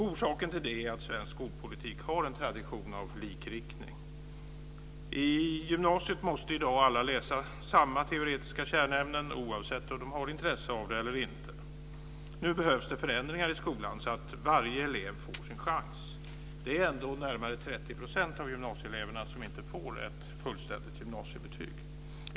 Orsaken till det är att svensk skolpolitik har en tradition av likriktning. I gymnasiet måste alla i dag läsa samma teoretiska kärnämnen oavsett om de har intresse av det eller inte. Nu behövs det förändringar i skolan så att varje elev får sin chans. Det är ändå närmare 30 % av gymnasieeleverna som inte får ett fullständigt gymnasiebetyg.